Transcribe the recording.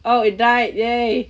oh it died !yay!